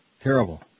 Terrible